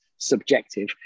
subjective